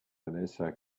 vanessa